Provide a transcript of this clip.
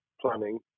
planning